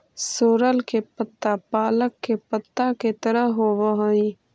सोरल के पत्ता पालक के पत्ता के तरह होवऽ हई